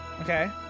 Okay